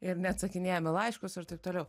ir neatsakinėjam į laiškus ir taip toliau